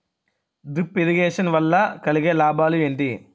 Drip irrigation వల్ల కలిగే లాభాలు ఏంటి?